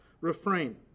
refrain